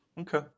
Okay